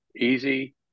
easy